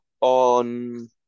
on